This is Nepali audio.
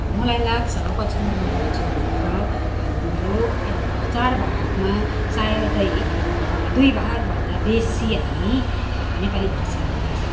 मलाई लाग्छ पश्चिम बङ्गाल राज्यभित्र हाम्रो चार भागमा सायदै दुई भाग भन्दा बेसी हामी नेपालीभाषीहरू बस्छौँ